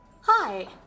Hi